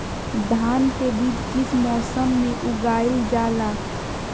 धान के बीज किस मौसम में उगाईल जाला?